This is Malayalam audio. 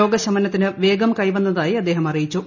രോഗശമനത്തിന് വേഗം കൈവന്നതായി അദ്ദേഹം അറിയിച്ചു